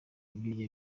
biriya